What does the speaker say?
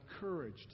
courage